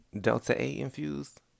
Delta-A-infused